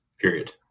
period